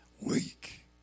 weak